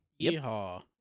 Yeehaw